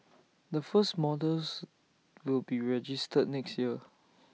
the first models will be registered next year